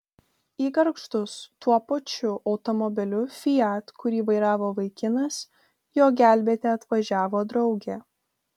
į gargždus tuo pačiu automobiliu fiat kurį vairavo vaikinas jo gelbėti atvažiavo draugė